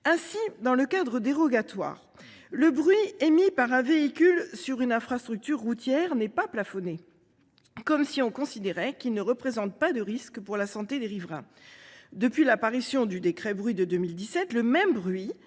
Ainsi, dans le cadre dérogatoire, le bruit émis par un véhicule sur une infrastructure routière n'est pas plafonné. comme si on considérait qu'il ne représente pas de risque pour la santé des riverains. Depuis l'apparition du décret bruit de 2017, le même bruit